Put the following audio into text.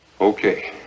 Okay